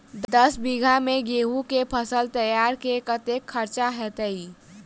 दस बीघा मे गेंहूँ केँ फसल तैयार मे कतेक खर्चा हेतइ?